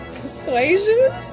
persuasion